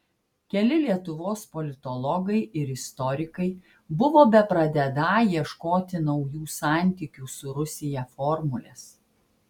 keli lietuvos politologai ir istorikai buvo bepradedą ieškoti naujų santykių su rusija formulės